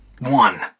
One